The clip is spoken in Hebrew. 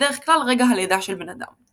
בדרך כלל רגע הלידה של בן אדם.